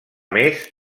més